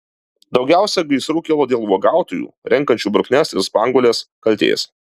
daugiausiai gaisrų kilo dėl uogautojų renkančių bruknes ir spanguoles kaltės